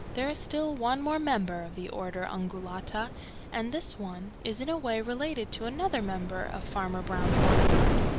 there is still one more member of the order ungulata and this one is in a way related to another member of farmer brown's barnyard.